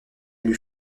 lut